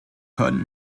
hwn